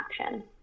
action